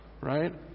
right